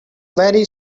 very